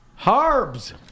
Harbs